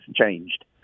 changed